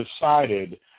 decided